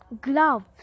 gloves